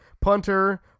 punter